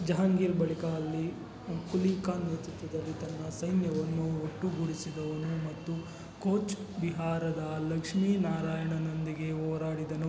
ಜಹಾಂಗೀರ್ ಬಳಿಕ ಅಲ್ಲಿ ಕುಲಿ ಖಾನ್ ನೇತೃತ್ವದಲ್ಲಿ ತನ್ನ ಸೈನ್ಯವನ್ನು ಒಟ್ಟುಗೂಡಿಸಿದವನು ಮತ್ತು ಕೋಚ್ ಬಿಹಾರದ ಲಕ್ಷ್ಮೀನಾರಾಯಣನೊಂದಿಗೆ ಹೋರಾಡಿದನು